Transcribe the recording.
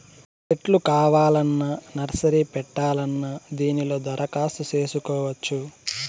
సెట్లు కావాలన్నా నర్సరీ పెట్టాలన్నా దీనిలో దరఖాస్తు చేసుకోవచ్చు